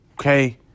Okay